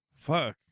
Fuck